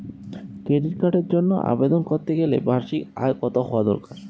Credit কার্ডের জন্য আবেদন করতে গেলে বার্ষিক আয় কত হওয়া দরকার?